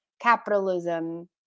capitalism